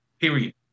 period